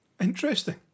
Interesting